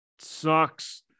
Sucks